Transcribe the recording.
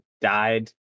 died